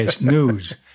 News